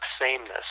sameness